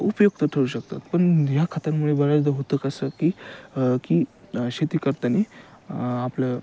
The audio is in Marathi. उपयुक्त ठरू शकतात पण ह्या खतांमुळे बऱ्याचदा होतं कसं की की शेती करताना आपलं